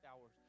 hours